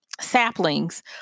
saplings